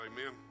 amen